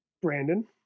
Brandon